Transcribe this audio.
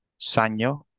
Sanyo